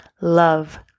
love